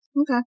Okay